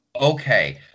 Okay